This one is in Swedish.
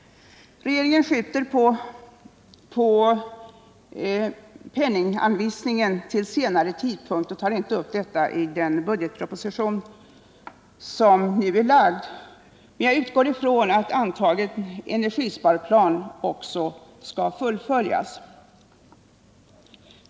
Regeringen skjuter på penninganvisningen för detta till senare tidpunkt och tar inte upp det i sin framlagda budgetproposition, men jag utgår ifrån att den energisparplan som antagits skall fullföljas.